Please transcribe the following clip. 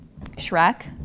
Shrek